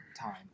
time